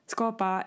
Skapa